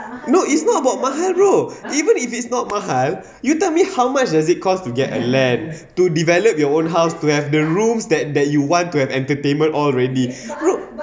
no it's not about mahal bro even if it's not mahal you tell me how much does it cost to get a land to develop your own house to have the rooms that that you want to have entertainment already no